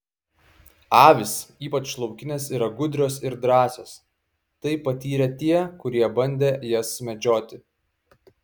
avys ypač laukinės yra gudrios ir drąsios tai patyrė tie kurie bandė jas medžioti